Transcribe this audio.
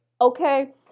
okay